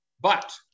But-